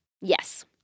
Yes